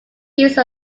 use